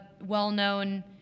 well-known